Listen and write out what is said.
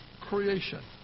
creation